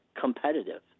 competitive